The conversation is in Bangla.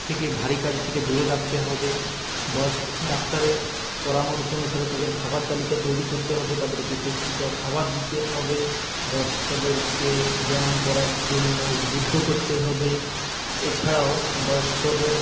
থেকে ভারী কাজের থেকে দূরে রাখতে হবে বয়স্ক ডাক্তারের পরামর্শ অনুসারে তাদের খাওয়ার তালিকা তৈরি করতে হবে তাদেরকে পুষ্টিকর খাবার দিতে হবে বয়স্কদেরকে ব্যায়াম করার জন্য উদবুদ্ধ করতে হবে এছাড়াও বয়স্কদের